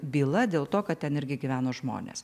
byla dėl to kad ten irgi gyveno žmonės